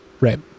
Right